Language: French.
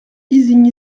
isigny